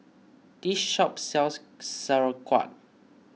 this shop sells Sauerkraut